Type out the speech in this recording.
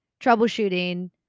troubleshooting